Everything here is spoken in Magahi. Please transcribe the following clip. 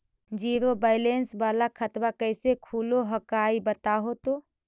जीरो बैलेंस वाला खतवा कैसे खुलो हकाई बताहो तो?